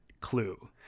clue